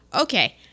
okay